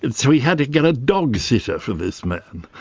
and so he had to get a dog-sitter for this man.